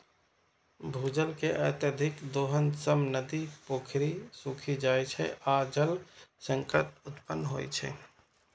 भूजल के अत्यधिक दोहन सं नदी, पोखरि सूखि जाइ छै आ जल संकट उत्पन्न होइ छै